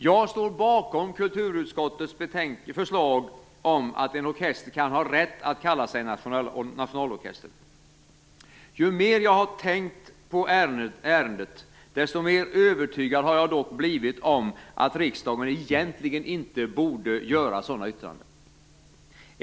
Jag står bakom kulturutskottets förslag om att en orkester kan ha rätt att kalla sig nationalorkester. Ju mer jag har tänkt på ärendet desto mer övertygad har jag dock blivit om att riksdagen egentligen inte borde göra några sådana yttranden.